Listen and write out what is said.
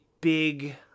big